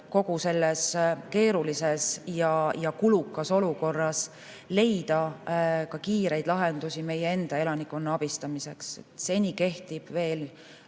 kogu selles keerulises ja kulukas olukorras leida ka kiireid lahendusi meie enda elanikkonna abistamiseks. Seni kehtib